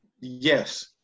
Yes